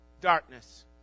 darkness